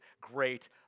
great